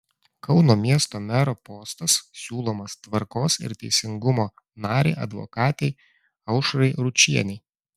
kauno miesto mero postas siūlomas tvarkos ir teisingumo narei advokatei aušrai ručienei